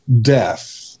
death